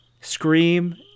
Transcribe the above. Scream